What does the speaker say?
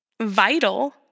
vital